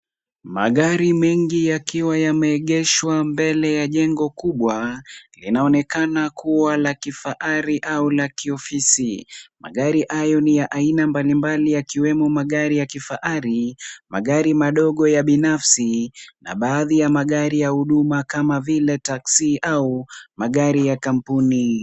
Magari mengi yakiwa yameegeshwa mbele ya jengo kubwa, linaonekana kuwa la kifahari au la kiofisi. Magari hayo ni ya aina mbalimbali yakiwemo magari ya kifahari, magari madogo ya binafsi na baadhi ya magari ya huduma kama vile taxi au magari ya kampuni.